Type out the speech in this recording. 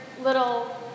little